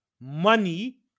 money